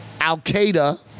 Al-Qaeda